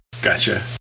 Gotcha